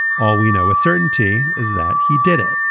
all we know with certainty is that he did it.